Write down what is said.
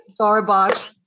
Starbucks